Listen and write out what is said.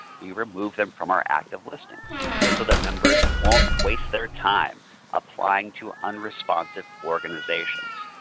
we remove them from our active listings so that members won't waste their time applying to unresponsive organizations.